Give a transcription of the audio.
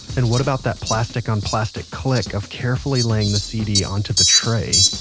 and what about that plastic on plastic click of carefully laying the cd onto the tray.